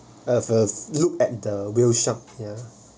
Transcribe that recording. have have look at the real shark here